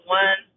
one